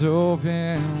open